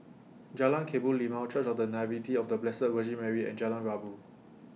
Jalan Kebun Limau Church of The Nativity of The Blessed Virgin Mary and Jalan Rabu